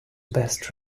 best